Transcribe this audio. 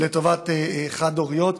לטובת חד-הוריות,